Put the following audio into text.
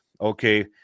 okay